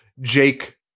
jake